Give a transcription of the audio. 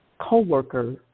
co-worker